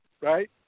right